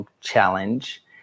challenge